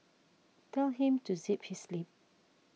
tell him to zip his lip